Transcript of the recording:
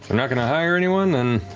not going to hire anyone, and